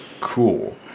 cool